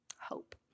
Hope